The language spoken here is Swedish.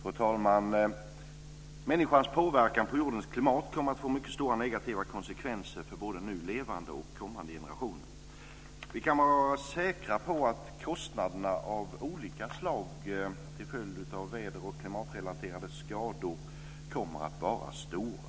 Fru talman! Människans påverkan på jordens klimat kommer att få mycket stora negativa konsekvenser för både nu levande och kommande generationer. Vi kan vara säkra på att kostnaderna av olika slag till följd av väder och klimatrelaterade skador kommer att vara stora.